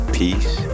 peace